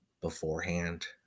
beforehand